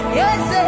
yes